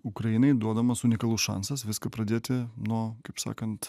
ukrainai duodamas unikalus šansas viską pradėti nuo kaip sakant